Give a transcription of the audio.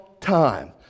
time